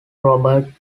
robert